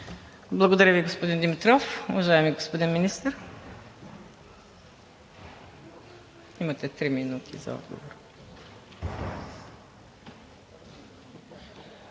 Благодаря Ви, господин Димитров. Уважаеми господин Министър,